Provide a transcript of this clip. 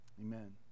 Amen